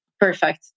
Perfect